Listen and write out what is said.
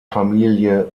familie